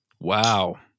Wow